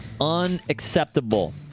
Unacceptable